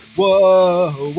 whoa